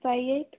five eight